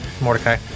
Mordecai